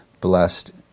blessed